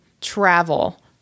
travel